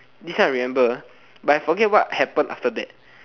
this one I remember but I forget what happen after that